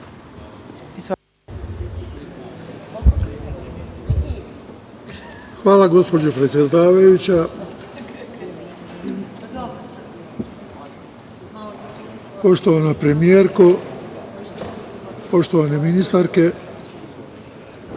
Hvala, gospođo predsedavajuća. Poštovana premijerko, poštovane ministarke,